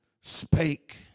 spake